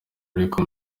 ariko